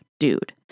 Dude